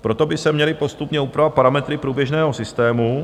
Proto by se měly postupně upravovat parametry průběžného systému.